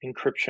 encryption